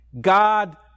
God